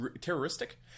Terroristic